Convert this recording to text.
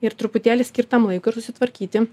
ir truputėlį skirt tam laiko ir susitvarkyti